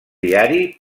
diari